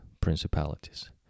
principalities